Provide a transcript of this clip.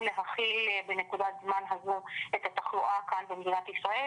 להכיל בנקודת זמן הזו את התחלואה כאן במדינת ישראל,